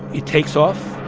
it takes off.